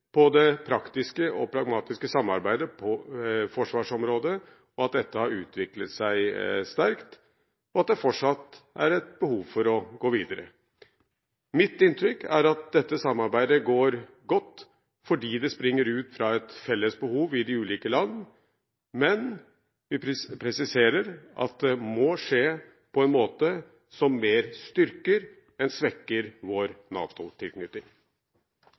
på at det praktiske og pragmatiske samarbeidet på forsvarsområdet har utviklet seg sterkt – og fortsatt er det et behov for å gå videre. Mitt inntrykk er at dette samarbeidet går godt fordi det springer ut fra felles behov i de ulike land, men vi presiserer at det må skje på en måte som mer styrker enn svekker vår